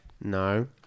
No